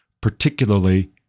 particularly